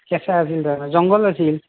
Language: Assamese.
কেঁচা আছিল তাৰমানে জংঘল আছিল